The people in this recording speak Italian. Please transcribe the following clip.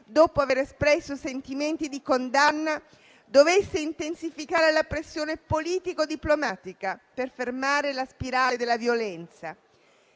dopo aver espresso sentimenti di condanna, dovesse intensificare la pressione politico-diplomatica per fermare la spirale della violenza.